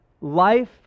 Life